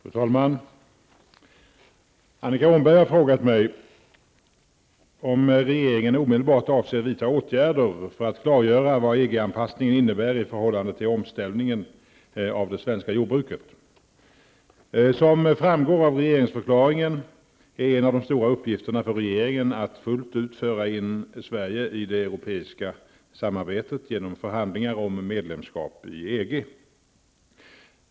Fru talman! Annika Åhnberg har frågat mig om regeringen omedelbart avser vidta åtgärder för att klargöra vad EG-anpassningen innebär i förhållande till omställningen av det svenska jordbruket. Som framgår av regeringsförklaringen är en av de stora uppgifterna för regeringen att fullt ut föra Sverige in i det europeiska samarbetet genom förhandlingar om medlemskap i EG.